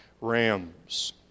rams